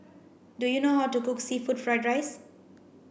do you know how to cook seafood fried rice